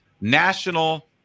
National